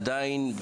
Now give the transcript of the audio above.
עדיין,